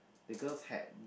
the girl's hat